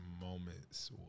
moments